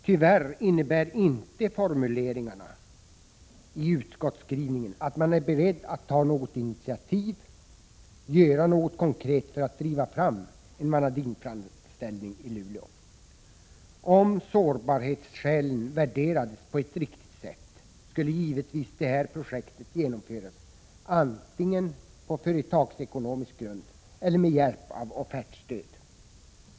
Tyvärr innebär inte formuleringarna i utskottsskrivningen att man är beredd att ta något initiativ och göra något konkret för att driva fram en vanadinframställning i Luleå. Om sårbarhetsskälen värderades på ett riktigt sätt skulle givetvis det här projektet genomföras, antingen på företagsekonomisk grund eller med hjälp av offertstöd.